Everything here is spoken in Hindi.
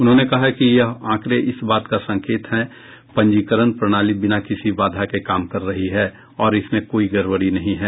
उन्होंने कहा कि यह आंकड़े इस बात का संकेत हैं पंजीकरण प्रणाली बिना किसी बाधा के काम कर रही है और इसमें कोई गड़बड़ी नहीं है